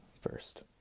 first